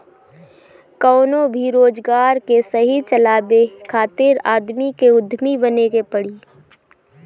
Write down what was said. कवनो भी रोजगार के सही चलावे खातिर आदमी के उद्यमी बने के पड़ी